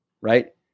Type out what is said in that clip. right